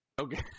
Okay